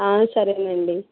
సరేనండి